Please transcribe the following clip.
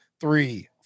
three